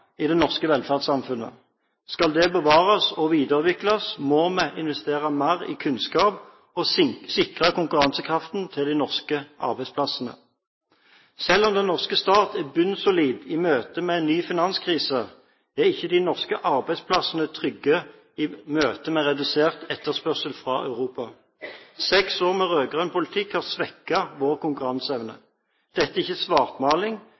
i det norske velferdssamfunnet. Skal det bevares og videreutvikles, må vi investere mer i kunnskap og sikre konkurransekraften til de norske arbeidsplassene. Selv om den norske stat er bunnsolid i møte med en ny finanskrise, er ikke de norske arbeidsplassene trygge i møte med redusert etterspørsel fra Europa. Seks år med rød-grønn politikk har svekket vår konkurranseevne. Dette er ikke svartmaling,